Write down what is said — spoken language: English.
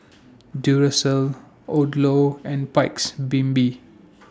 Duracell Odlo and Paik's Bibim